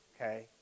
okay